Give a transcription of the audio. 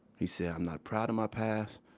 he said, i'm not proud of my past.